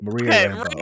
Maria